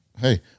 Hey